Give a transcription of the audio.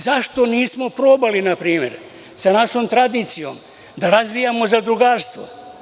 Zašto nismo probali sa našom tradicijom da razvijamo zadrugarstvo?